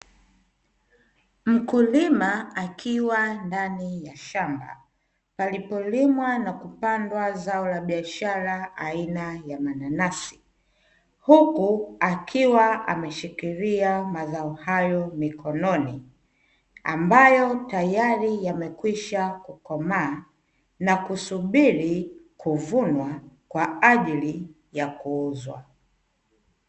Mkulima akiwa ndani ya shamba palipo limwa na kupandwa zao la biashara la aina ya mananasi, huku akiwa ameshikilia mazao hayo mikononi ambayo tayari yamekwisha komaa, na yanasubiri kuvunwa kwa ajili ya kuuzwa.